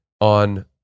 on